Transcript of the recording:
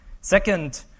Second